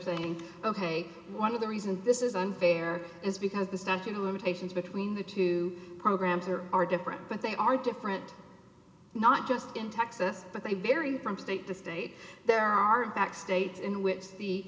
saying ok one of the reasons this is unfair is because the statute of limitations between the two programs are are different but they are different not just in texas but they vary from state to state there are back states in which the